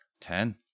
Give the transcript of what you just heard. Ten